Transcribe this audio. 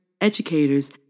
educators